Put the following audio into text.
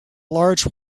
large